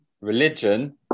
religion